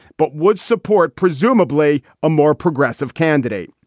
but would support presumably a more progressive candidate.